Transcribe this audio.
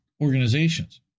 organizations